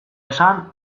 esan